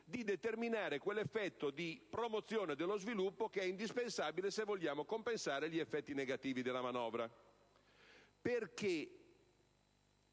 di determinare quell'effetto di promozione dello sviluppo indispensabile a compensare gli effetti negativi della manovra. È